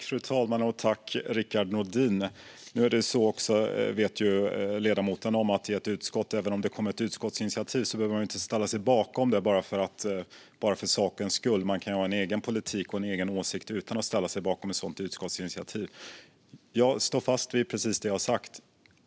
Fru talman! Nu vet ju ledamoten att även om det kommer ett utskottsinitiativ behöver man inte ställa sig bakom det bara för sakens skull. Man kan ju ha en egen politik och en egen åsikt utan att ställa sig bakom ett sådant utskottsinitiativ. Jag står fast vid precis det som jag har sagt.